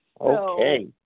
Okay